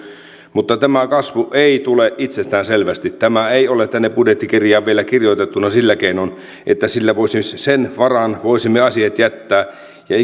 mutta tämä kasvu ei tule itsestäänselvästi tämä ei ole tänne budjettikirjaan vielä kirjoitettuna sillä keinoin että sen varaan voisimme asiat jättää ja